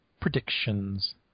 predictions